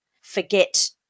forget